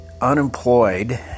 unemployed